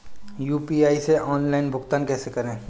UPI से online भुगतान कैसे करें?